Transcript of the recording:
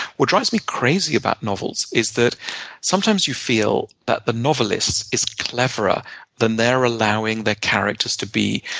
what drives me crazy about novels is that sometimes you feel that the novelist is cleverer than they're allowing their characters to be.